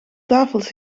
tafels